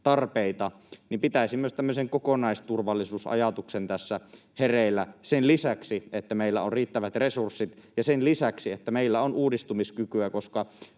tarpeita, pitäisin myös tämmöisen kokonaisturvallisuusajatuksen tässä hereillä — sen lisäksi, että meillä on riittävät resurssit, ja sen lisäksi, että meillä on uudistumiskykyä, koska